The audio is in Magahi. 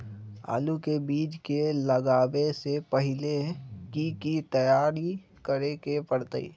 आलू के बीज के लगाबे से पहिले की की तैयारी करे के परतई?